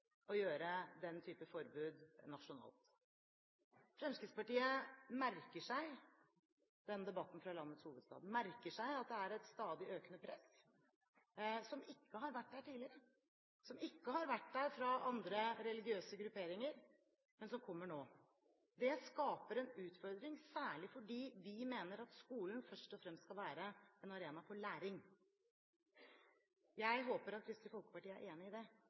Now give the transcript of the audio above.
å gjøre den type forbud nasjonalt. Fremskrittspartiet merker seg den debatten fra landets hovedstad, merker seg at det er et stadig økende press som ikke har vært der tidligere, som ikke har vært der fra andre religiøse grupperinger, men som kommer nå. Det skaper en utfordring, særlig fordi vi mener at skolen først og fremst skal være en arena for læring. Jeg håper at Kristelig Folkeparti er enig i det.